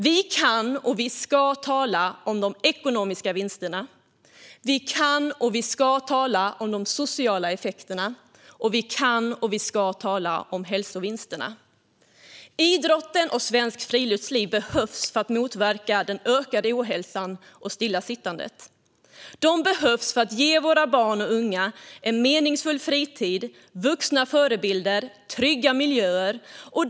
Vi kan och ska tala om de ekonomiska vinsterna. Vi kan och ska tala om de sociala effekterna. Vi kan och ska tala om hälsovinsterna. Idrotten och svenskt friluftsliv behövs för att motverka den ökade ohälsan och stillasittandet. De behövs för att våra barn och unga ska få en meningsfull fritid, vuxna förebilder och trygga miljöer.